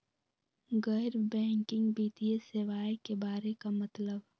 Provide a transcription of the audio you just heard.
गैर बैंकिंग वित्तीय सेवाए के बारे का मतलब?